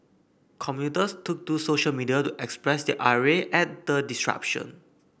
commuters took to social media to express their ire at the disruption